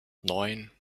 neun